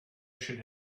should